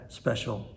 special